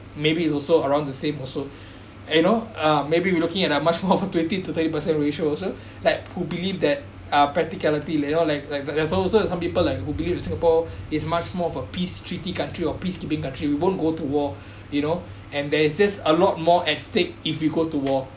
maybe it's also around the same also eh no uh maybe we're looking at are much more twenty to thirty percent ratio also like who believe that uh practicality lay out like like there there's also some people like who believe in singapore is much more of a peace treaty country or peacekeeping country we won't go to war you know and there is just a lot more at stake if you go to war